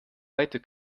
weiter